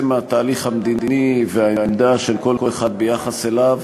התהליך המדיני והעמדה של כל אחד ביחס אליו